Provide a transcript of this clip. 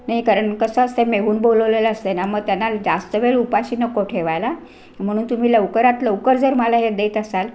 नाही कारण कसं असतं आहे मेहूण बोलवलेलं असतं आहे ना मग त्यांना जास्त वेळ उपाशी नको ठेवायला म्हणून तुम्ही लवकरात लवकर जर मला हे देत असाल